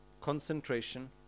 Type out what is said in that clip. concentration